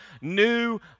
new